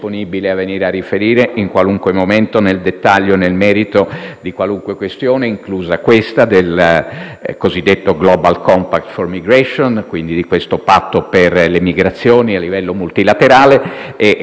di qualunque questione, inclusa questa del cosiddetto Global compact for migration, quindi di questo patto per le migrazioni a livello multilaterale. Ero disponibile anche prima, qualora le Commissioni lo avessero richiesto.